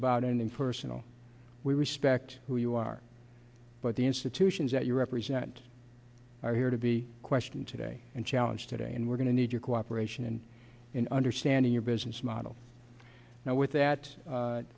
about in the personal we respect who you are but the institutions that you represent are here to be questioned today and challenged today and we're going to need your cooperation in understanding your business model now with that